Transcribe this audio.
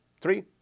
Three